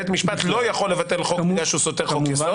בית המשפט לא יכול לבטל חוק כי הוא סותר חוק יסוד.